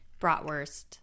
bratwurst